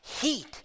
Heat